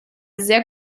sehr